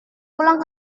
pulang